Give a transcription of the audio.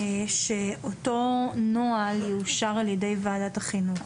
שאותו נוהל יאושר על ידי ועדת החינוך,